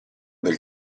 del